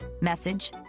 Message